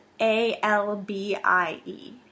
A-L-B-I-E